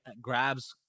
grabs